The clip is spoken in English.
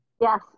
Yes